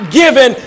given